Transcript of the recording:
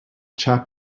chap